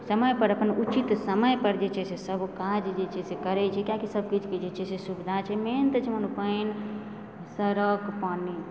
समय पर अपन उचित समय पर जे छै से सब काज जे छै से करए छी किआकि सब किछु के जे छै से सुविधा छै मेन तऽ छै पानि सड़क पानि